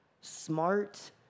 smart